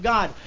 God